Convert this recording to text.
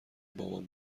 بابام